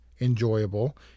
enjoyable